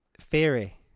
Theory